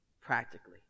practically